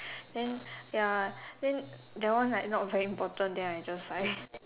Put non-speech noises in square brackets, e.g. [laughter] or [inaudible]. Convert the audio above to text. then ya then that one like not very important then I just like [breath]